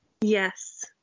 yes